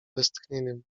westchnieniem